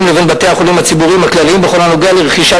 קופות-החולים לבין בתי-החולים הציבוריים הכלליים בכל הנוגע לרכישת